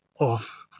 off